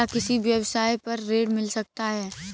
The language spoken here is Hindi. क्या किसी व्यवसाय पर ऋण मिल सकता है?